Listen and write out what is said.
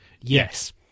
Yes